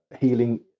healing